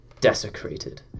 desecrated